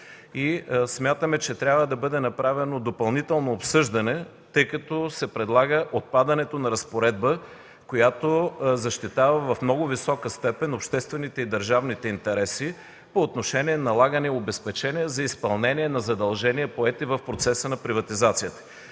смятаме, че трябва да бъде направено допълнително обсъждане, тъй като се предлага отпадането на разпоредба, която защитава в много висока степен обществените и държавните интереси по отношение налагане и обезпечение за изпълнение на задължения, поети в процеса на приватизацията.